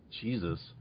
Jesus